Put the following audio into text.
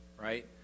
right